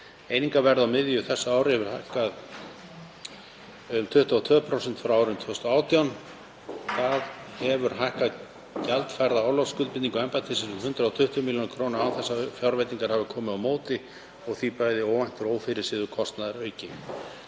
Einingarverðið á miðju þessu ári hefur hækkað um 22% frá árinu 2018. Það hefur hækkað gjaldfærða orlofsskuldbindingu embættisins um 120 millj. kr. án þess að fjárveitingar hafi hækkað á móti og er því bæði óvæntur og ófyrirséður kostnaðarauki.